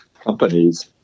companies